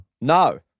No